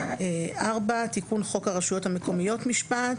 תיקון חוק הרשויות המקומיות (משמעת)